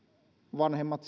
vanhemmat